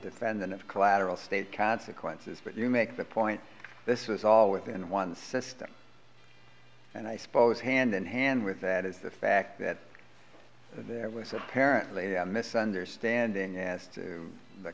defendant of collateral state consequences but you make the point this is all within one system and i suppose hand in hand with that is the fact that there was apparently a misunderstanding as to the